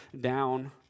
down